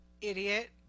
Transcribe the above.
idiot